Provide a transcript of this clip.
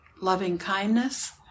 loving-kindness